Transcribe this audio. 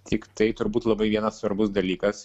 tiktai turbūt labai vienas svarbus dalykas